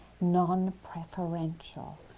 non-preferential